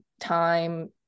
time